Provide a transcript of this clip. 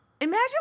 Imagine